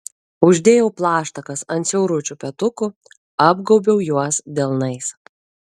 uždėjau plaštakas ant siauručių petukų apgaubiau juos delnais